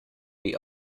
die